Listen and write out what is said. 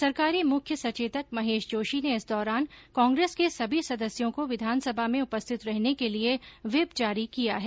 सरकारी मुख्य सचेतक महेश जोशी ने इस दौरान कांग्रेस के सभी सदस्यों को विधानसभा में उपस्थित रहने के लिए व्हिप जारी किया है